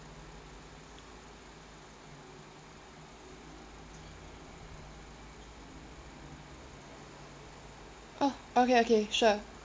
oh okay okay sure